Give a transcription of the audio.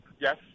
yes